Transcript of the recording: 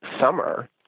summer